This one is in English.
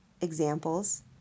examples